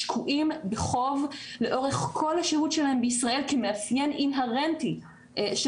שקועים בחוב לאורך כל השהות שלהם בישראל כמאפיין אינהרנטי של